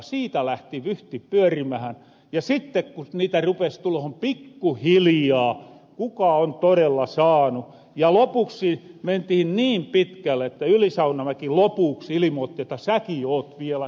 siitä lähti vyhti pyörimähän ja sitte niitä rupes tulohon pikku hilijaa kuka on torella saanu ja lopuksi mentiin niin pitkälle että yli saunamäki lopuks ilimootti että säki oot vielä saanu